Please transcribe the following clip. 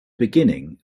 beginning